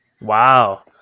Wow